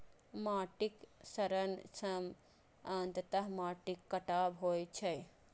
माटिक क्षरण सं अंततः माटिक कटाव होइ छै